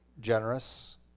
generous